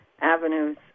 avenues